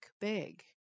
big